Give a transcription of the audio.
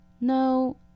No